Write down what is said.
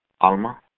Alma